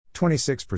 26%